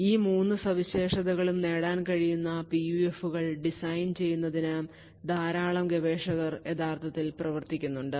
ഈ 3 സവിശേഷതകളും നേടാൻ കഴിയുന്ന പിയുഎഫുകൾ ഡിസൈൻ ചെയ്യുന്നതിന് ധാരാളം ഗവേഷകർ യഥാർത്ഥത്തിൽ പ്രവർത്തിക്കുന്നുണ്ട്